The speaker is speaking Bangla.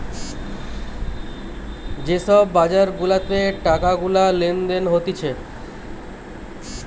যে সব বাজার গুলাতে টাকা গুলা লেনদেন হতিছে